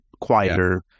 quieter